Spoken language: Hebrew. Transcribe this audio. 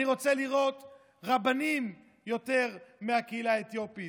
אני רוצה לראות יותר רבנים מהקהילה האתיופית,